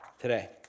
today